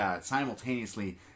Simultaneously